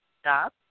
stop